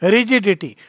Rigidity